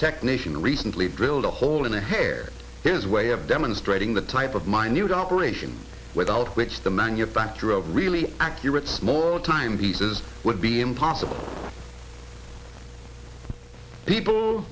technician recently drilled a hole in the hair his way of demonstrating the type of minute operation without which the manufacturer really accurate small time the his would be impossible people